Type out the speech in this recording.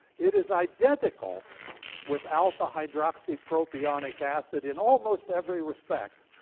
it is identical with and a-hydroxypropionic acid in almost every respect,